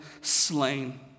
slain